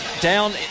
down